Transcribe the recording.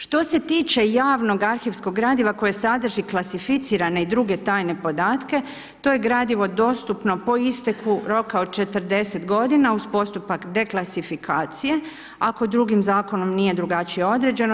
Što se tiče javnog arhivskog gradiva koji sadrži klasificirane i druge tajne podatke, to je gradivo dostupno po isteku roka od 40 godina uz postupak deklasifikacije, ako drugim zakonom nije drugačije određeno.